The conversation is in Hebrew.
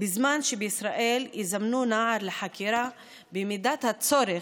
בזמן שבישראל יזמנו נער לחקירה במידת הצורך,